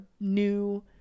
new